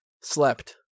slept